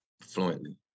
fluently